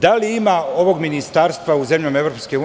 Da li ima ovog ministarstva u zemljama EU?